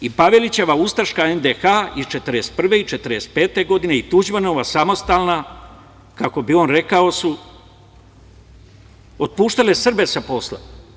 I Pavelićeva ustaška NDH iz 1941. i 1945. godine i Tuđmanova samostalna, kako bi on rekao, su otpuštale Srbe sa posla.